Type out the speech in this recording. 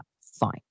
Fine